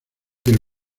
del